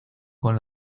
con